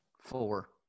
Four